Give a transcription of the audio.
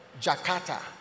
Jakarta